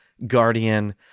guardian